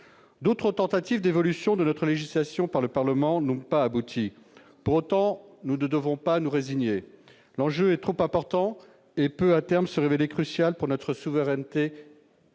D'autres tentatives d'évolution de notre législation par le Parlement n'ont pas abouti. Pour autant, nous ne devons pas nous résigner. L'enjeu est trop important et peut, à terme, se révéler crucial pour notre souveraineté